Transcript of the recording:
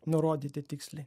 nurodyti tiksliai